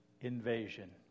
invasion